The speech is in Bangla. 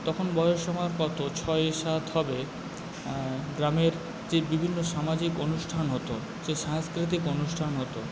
তখন বয়স আমার কত ছয় সাত হবে গ্রামের যে বিভিন্ন সামাজিক অনুষ্ঠান হত যে সাংস্কৃতিক অনুষ্ঠান হত